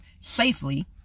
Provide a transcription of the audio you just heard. safely